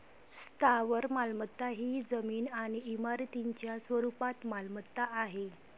स्थावर मालमत्ता ही जमीन आणि इमारतींच्या स्वरूपात मालमत्ता आहे